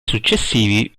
successivi